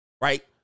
Right